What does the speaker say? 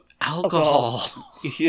alcohol